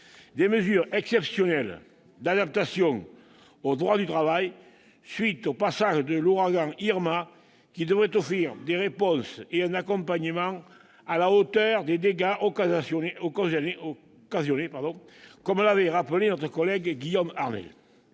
des mesures exceptionnelles d'adaptation outre-mer du droit du travail, à la suite du passage de l'ouragan Irma, qui devraient offrir des réponses et un accompagnement à la hauteur des dégâts occasionnés, comme l'avait rappelé notre collègue Guillaume Arnell.